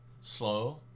slow